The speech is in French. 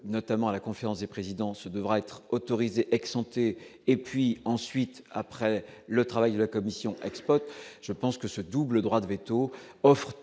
notamment à la conférence des présidents, ce devra être autorisé, ex-santé et puis ensuite, après le travail de la commission Expo, je pense que ce double droit de véto offrent